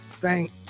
Thank